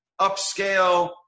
upscale